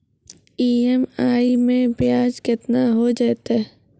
EMI मैं ब्याज केतना हो जयतै?